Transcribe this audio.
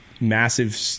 massive